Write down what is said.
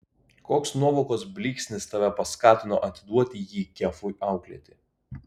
koks nuovokos blyksnis tave paskatino atiduoti jį kefui auklėti